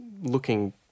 looking